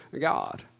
God